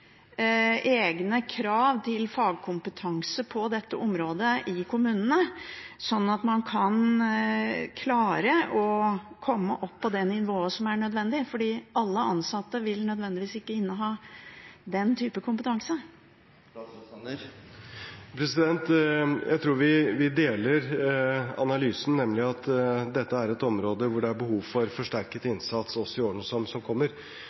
egne krav til fagkompetanse på dette området i kommunene, slik at man kan klare å komme opp på det nivået som er nødvendig, for alle ansatte innehar ikke nødvendigvis den type kompetanse. Jeg tror vi deler analysen, nemlig at dette er et område hvor det er behov for forsterket innsats også i årene som kommer,